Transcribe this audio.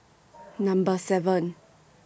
Number seven